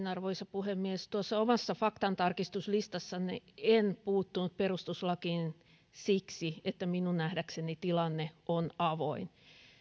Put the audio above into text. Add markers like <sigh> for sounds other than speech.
<unintelligible> arvoisa puhemies omassa faktantarkistuslistassani en puuttunut perustuslakiin siksi että minun nähdäkseni tilanne on avoin